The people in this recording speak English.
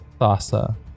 Thassa